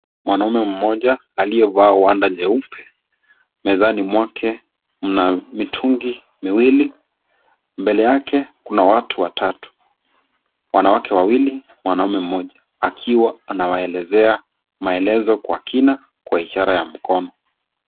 Mwanamme mmoja aliyevaa wanda nyeupe, mezani mwake mna mitungi miwili, mbele yake kuna watu watatu. Wanawake wawili, mwanamme mmoja, akiwa anawaelezea maelezo kwa kina kwa ishara ya mkono.